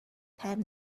tab